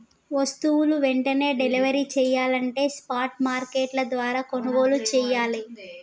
వస్తువులు వెంటనే డెలివరీ చెయ్యాలంటే స్పాట్ మార్కెట్ల ద్వారా కొనుగోలు చెయ్యాలే